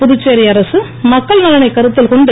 புதுச்சேரி அரசு மக்கள் நலனைக் கருத்தில் கொண்டு